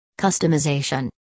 Customization